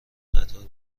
قطار